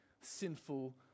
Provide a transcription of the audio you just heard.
sinful